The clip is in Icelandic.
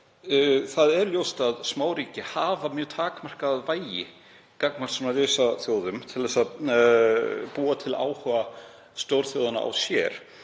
Það er ljóst að smáríki hafa mjög takmarkað vægi gagnvart svona risaþjóðum og að búa til áhuga stórþjóðanna á sér,